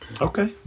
Okay